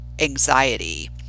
anxiety